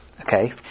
Okay